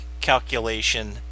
calculation